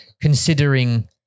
considering